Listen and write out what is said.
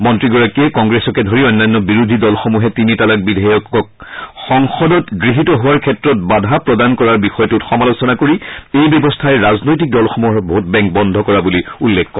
মন্ত্ৰীগৰাকীয়ে কংগ্ৰেছকে ধৰি অন্যান্য বিৰোধী দলসমূহে তিনি তালাক বিধেয়ক সংসদত গৃহীত হোৱাৰ ক্ষেত্ৰত বাধা প্ৰদান কৰাৰ বিষয়টোত সমালোচনা কৰি এই ব্যৱস্থাই ৰাজনৈতিক দলসমূহৰ ভোট বেংক বন্ধ কৰা বুলি উল্লেখ কৰে